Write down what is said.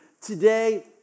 today